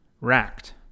racked